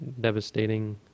devastating